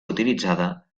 utilitzada